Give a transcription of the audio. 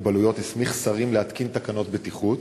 מוגבלות הסמיך שרים להתקין תקנות בטיחות.